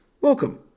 welcome